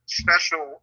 special